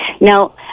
Now